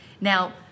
Now